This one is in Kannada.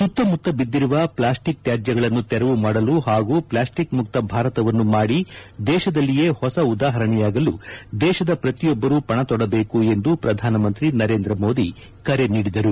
ಸುತ್ತಮುತ್ತ ಬಿದ್ದಿರುವ ಪ್ಲಾಸ್ಟಿಕ್ ತ್ಯಾಜ್ಯಗಳನ್ನು ತೆರವು ಮಾಡಲು ಹಾಗೂ ಪ್ಲಾಸ್ಟಿಕ್ ಮುಕ್ತ ಭಾರತವನ್ನು ಮಾದಿ ದೇಶದಲ್ಲಿಯೇ ಹೊಸ ಉದಾಹರಣೆಯಾಗಲು ದೇಶದ ಪ್ರತಿಯೊಬ್ಬರೂ ಪಣತೊಡಬೇಕು ಎಂದು ಪ್ರಧಾನಮಂತ್ರಿ ನರೇಂದ್ರ ಮೋದಿ ಕರೆ ನೀಡಿದರು